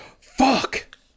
Fuck